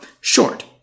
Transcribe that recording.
short